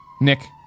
Nick